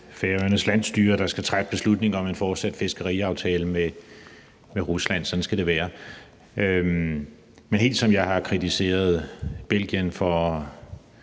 Færøernes landsstyre, der skal træffe beslutningen om en fortsat fiskeriaftale med Rusland. Sådan skal det være. Men helt som jeg har kritiseret Belgien for